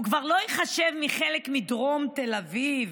הוא כבר לא ייחשב לחלק מדרום תל אביב